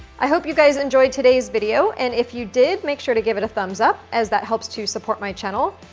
i hope you guys enjoyed today's video. and if you did, did, make sure to give it a thumbs up as that helps to support my channel.